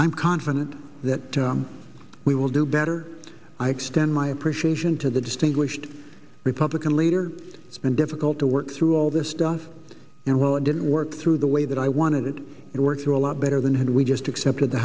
i'm confident that we will do better i extend my appreciation to the distinguished republican leader it's been difficult to work through all this stuff you know well it didn't work through the way that i wanted it to work through a lot better than had we just accepted the